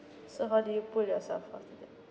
so how did you pull yourself after that